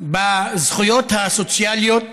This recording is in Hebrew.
בזכויות הסוציאליות